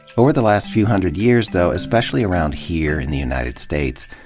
over the last few hundred years, though, especially around here, in the united states,